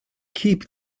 keep